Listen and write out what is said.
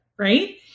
Right